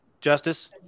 Justice